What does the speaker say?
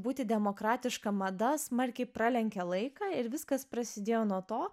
būti demokratiška mada smarkiai pralenkė laiką ir viskas prasidėjo nuo to